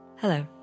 Hello